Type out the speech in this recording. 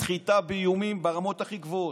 זה תמליל סחיטה באיומים ברמות הכי גבוהות.